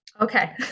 Okay